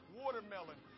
watermelon